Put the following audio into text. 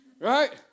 Right